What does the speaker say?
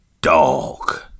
dog